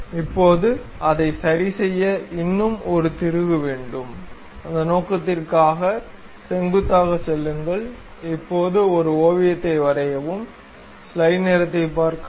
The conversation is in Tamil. இப்போது அதை சரிசெய்ய இன்னும் ஒரு திருகு வேண்டும் அந்த நோக்கத்திற்காக செங்குத்தாகச் செல்லுங்கள் இப்போது ஒரு ஓவியத்தை வரையவும்